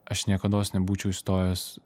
aš niekados nebūčiau įstojęs